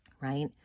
right